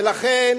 ולכן,